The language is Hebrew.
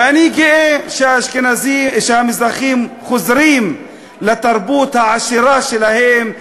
ואני גאה שהמזרחים חוזרים לתרבות העשירה שלהם,